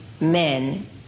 men